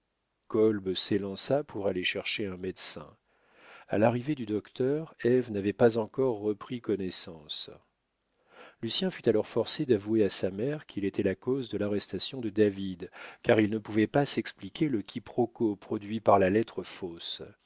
kolb s'élança pour aller chercher un médecin a l'arrivée du docteur ève n'avait pas encore repris connaissance lucien fut alors forcé d'avouer à sa mère qu'il était la cause de l'arrestation de david car il ne pouvait pas s'expliquer le quiproquo produit par la lettre fausse